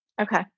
Okay